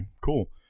cool